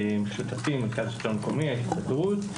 עם השלטון המקומי ועם ההסתדרות.